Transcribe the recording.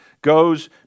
goes